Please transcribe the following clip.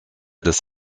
des